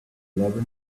never